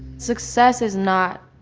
success is not